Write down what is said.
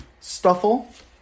Stuffle